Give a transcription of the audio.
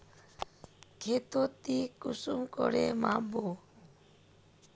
खेतोक ती कुंसम करे माप बो?